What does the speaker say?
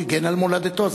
הוא הגן על מולדתו.